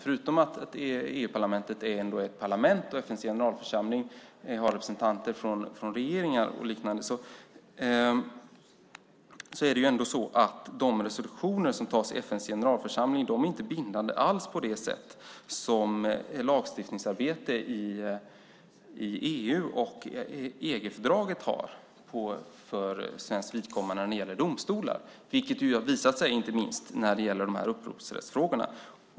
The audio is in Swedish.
Förutom att EU-parlamentet är ett parlament och FN:s generalförsamling har representanter från regeringar och liknande är de resolutioner som antas av FN:s generalförsamling inte alls bindande på samma sätt som lagstiftningsarbetet i EU och EG-fördraget är för svenskt vidkommande när det gäller domstolar, vilket ju har visat sig inte minst när det gäller upphovsrättsfrågorna.